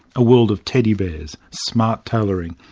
a world of teddy bears, smart tailoring,